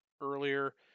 earlier